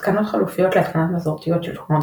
התקנות חלופיות להתקנות מסורתיות של שולחנות